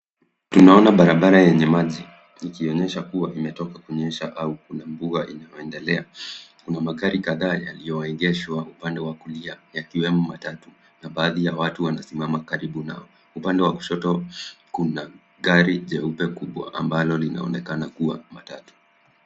Tunaona barabara yenye maji, ikionyesha kuwa imetoka kunyesha au mvua inaendelea. Kuna magari kadhaa yaliyoegeshwa upande wa kulia, yakiwemo matatu na baadhi ya watu wanasimama karibu nayo. Upande wa kushoto kuna gari jeupe kubwa ambalo linaonekana kuwa matatu.